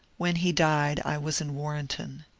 when he died i was in warrenton.